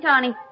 Tony